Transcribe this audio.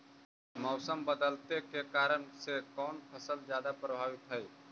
मोसम बदलते के कारन से कोन फसल ज्यादा प्रभाबीत हय?